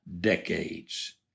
decades